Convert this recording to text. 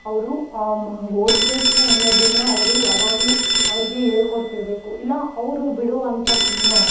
ಅವರು ಮ ಓದಬೇಕು ಅನ್ನೋದನ್ನು ಅವರು ಯಾವಾಗಲೂ ಅವರಿಗೆ ಹೇಳ್ಕೊಡ್ತಿರ್ಬೇಕು ಇಲ್ಲ ಅವರು ಬಿಡು ಅಂತ ಸುಮ್ಮನೆ ಆಗಿ